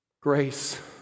Grace